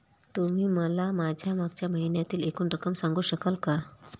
तुम्ही मला माझ्या मागच्या महिन्यातील एकूण रक्कम सांगू शकाल का?